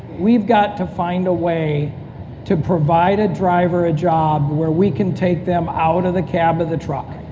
we've got to find a way to provide a driver a job, where we can take them out of the cab of the truck.